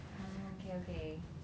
oh K okay